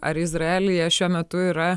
ar izraelyje šiuo metu yra